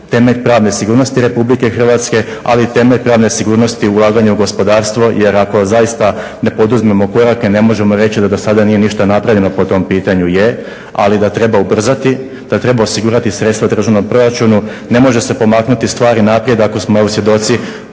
temelj pravne sigurnosti Republike Hrvatske ali i temelj pravne sigurnosti ulaganja u gospodarstvo. Jer ako zaista ne poduzmemo korake ne možemo reći da do sada nije ništa napravljeno po tom pitanju. Je, ali da treba ubrzati, da treba osigurati sredstva u državnom proračunu ne može se pomaknuti stvari naprijed ako smo evo svjedoci